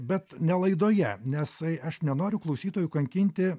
bet ne laidoje nes aš nenoriu klausytojų kankinti